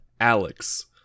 Alex